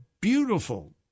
beautiful